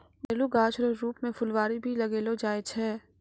घरेलू गाछ रो रुप मे फूलवारी भी लगैलो जाय छै